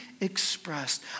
expressed